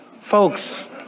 folks